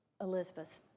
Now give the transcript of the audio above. Elizabeth